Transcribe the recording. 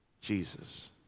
Jesus